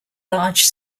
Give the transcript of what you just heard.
large